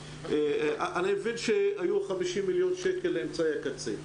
אני מבין שהיו 50 מיליון שקל לאמצעי קצה,